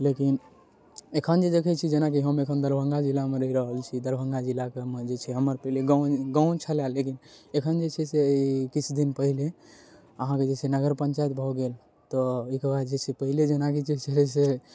लेकिन एखन जे देखै छी जेनाकि हम एखन दरभङ्गा जिलामे रहि रहल छी दरभङ्गा जिलाके जे छै से हमर पहिले गाँव गाँव छलाए लेकिन एखन जे छै से ई किछु दिन पहिले अहाँके जे छै नगर पञ्चयात भऽ गेल तऽ ओइकेबाद जे छै से पहिले जेनाकि जे छलै से